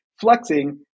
flexing